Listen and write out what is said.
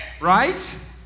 right